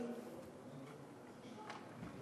אחרייך, חבר הכנסת איציק שמולי.